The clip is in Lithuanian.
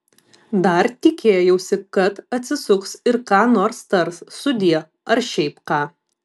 dar tikėjausi kad atsisuks ir ką nors tars sudie ar šiaip ką